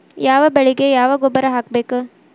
ಯಾವ ಬೆಳಿಗೆ ಯಾವ ಗೊಬ್ಬರ ಹಾಕ್ಬೇಕ್?